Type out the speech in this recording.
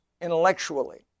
intellectually